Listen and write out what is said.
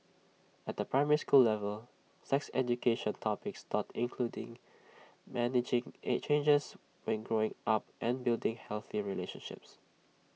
at the primary school level sex education topics taught including managing at changes when growing up and building healthy relationships